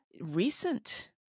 recent